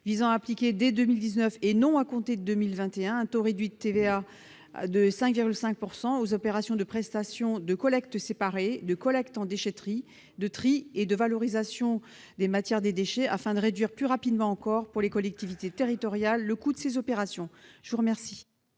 visant à appliquer, dès 2019 et non à compter de 2021, un taux réduit de TVA de 5,5 % aux opérations de prestation de collecté séparée, de collecte en déchetterie, de tri et de valorisation matière des déchets, afin de réduire plus rapidement encore pour les collectivités territoriales le coût de ces opérations. Quel